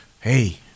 hey